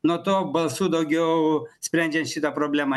nuo to balsų daugiau sprendžiant šitą problemą